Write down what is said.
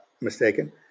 mistaken